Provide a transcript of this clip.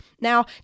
Now